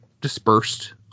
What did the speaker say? dispersed